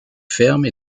fermes